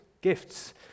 gifts